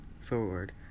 forward